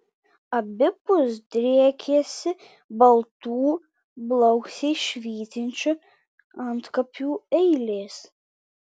abipus driekėsi baltų blausiai švytinčių antkapių eilės